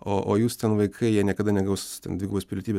o o jūs ten vaikai jie niekada negaus ten dvigubos pilietybės